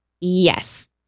Yes